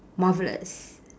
marvelous